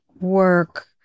work